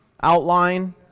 outline